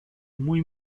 muy